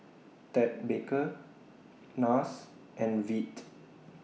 Ted Baker Nars and Veet